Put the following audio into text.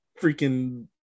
freaking